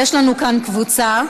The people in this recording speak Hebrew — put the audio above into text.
יש לנו כאן קבוצה,